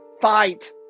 Fight